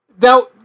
Now